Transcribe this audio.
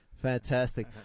Fantastic